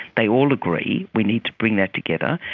they all agree we need to bring that together,